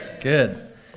Good